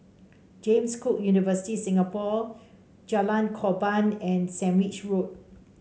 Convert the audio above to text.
James Cook University Singapore Jalan Korban and Sandwich Road